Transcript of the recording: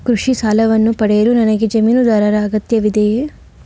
ಕೃಷಿ ಸಾಲವನ್ನು ಪಡೆಯಲು ನನಗೆ ಜಮೀನುದಾರರ ಅಗತ್ಯವಿದೆಯೇ?